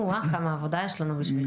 או, כמה עבודה יש לנו בשבילכם.